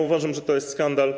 Uważam, że to jest skandal.